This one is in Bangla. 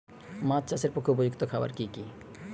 মাছ চাষের পক্ষে উপযুক্ত খাবার কি কি?